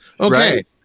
okay